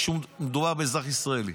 כשמדובר באזרח ישראלי.